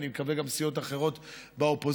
ואני מקווה שגם בסיעות אחרות באופוזיציה,